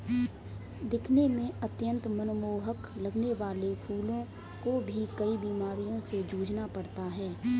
दिखने में अत्यंत मनमोहक लगने वाले फूलों को भी कई बीमारियों से जूझना पड़ता है